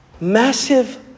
massive